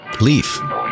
Leaf